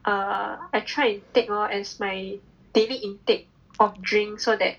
uh I try and take lor as my daily intake of drink so that